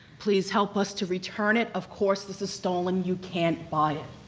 please help us to return it, of course this is stolen, you can't buy it.